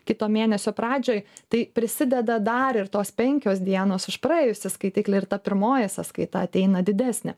kito mėnesio pradžioj tai prisideda dar ir tos penkios dienos už praėjusį skaitiklį ir ta pirmoji sąskaita ateina didesnė